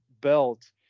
belt